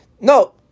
No